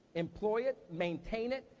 employ it, maintain it,